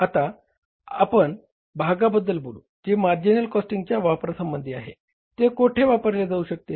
आता आपण भागाबद्दल बोलू जे मार्जिनल कॉस्टिंगच्या वापरा संबंधी आहे ते कोठे वापरले जाऊ शकते